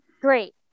great